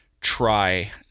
try